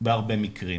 בהרבה מקרים.